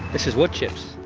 this is woodchips.